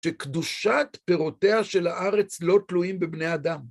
שקדושת פירותיה של הארץ לא תלויים בבני אדם.